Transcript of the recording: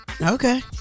okay